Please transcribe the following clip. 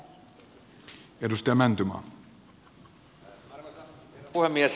arvoisa herra puhemies